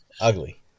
ugly